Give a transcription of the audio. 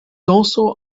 also